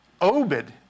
Obed